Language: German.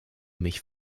mich